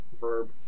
verb